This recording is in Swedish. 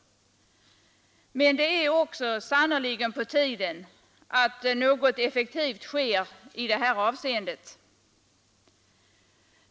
Men det är också sannerligen på tiden att något effektivt sker i det här avseendet.